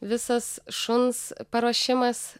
visas šuns paruošimas